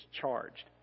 charged